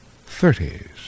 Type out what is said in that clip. thirties